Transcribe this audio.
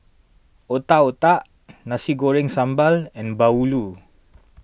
Otak Otak Nasi Goreng Sambal and Bahulu